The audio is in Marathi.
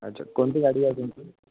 अच्छा कोणती गाडी आहे तुमची